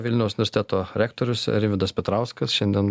vilniaus universiteto rektorius rimvydas petrauskas šiandien